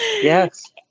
Yes